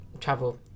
travel